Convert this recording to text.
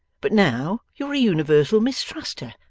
but now you're a universal mistruster.